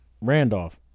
Randolph